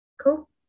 Cool